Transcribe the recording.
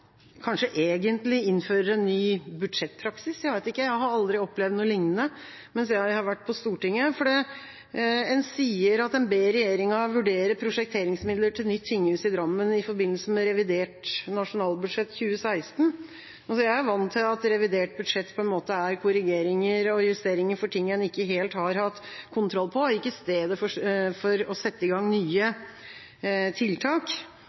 kanskje egentlig innfører en ny budsjettpraksis. Jeg har aldri opplevd noe liknende mens jeg har vært på Stortinget. En sier at en ber regjeringa vurdere prosjekteringsmidler til nytt tinghus i Drammen i forbindelse med revidert nasjonalbudsjett 2016. Jeg er vant med at revidert budsjett er korrigeringer og justeringer for ting en ikke helt har hatt kontroll på, ikke stedet for å sette i gang nye tiltak.